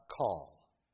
call